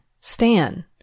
Stan